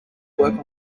work